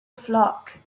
flock